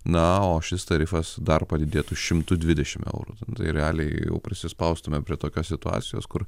na o šis tarifas dar padidėtų šimtu dvidešimt eurų tai realiai jau prisispaustume prie tokios situacijos kur